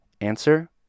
Answer